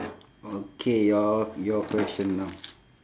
okay your your question now